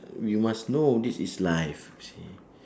we must know this is life you see